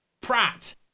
Pratt